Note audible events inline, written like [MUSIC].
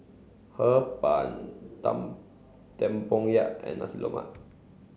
Hee Pan [UNINTELLIGIBLE] Tempoyak and Nasi Lemak